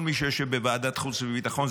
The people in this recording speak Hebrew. כל מי שיושב בוועדת חוץ וביטחון,